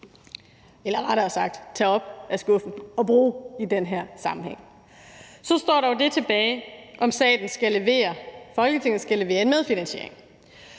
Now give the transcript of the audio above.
eller rettere sagt: tage op af skuffen – og bruge i den her sammenhæng. Så står der jo det tilbage, om staten og Folketinget skal levere en medfinansiering.